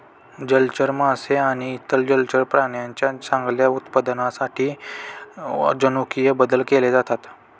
जलचर मासे आणि इतर जलचर प्राण्यांच्या चांगल्या उत्पादनासाठी जनुकीय बदल केले जातात